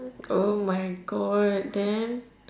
oh my god then